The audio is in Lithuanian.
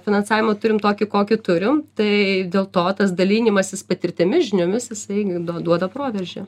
finansavimą turim tokį kokį turim tai dėl to tas dalinimasis patirtimi žiniomis jisai do duoda proveržį